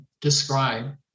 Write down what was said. describe